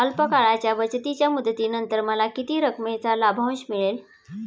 अल्प काळाच्या बचतीच्या मुदतीनंतर मला किती रकमेचा लाभांश मिळेल?